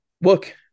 look –